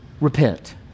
repent